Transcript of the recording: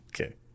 Okay